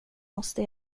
måste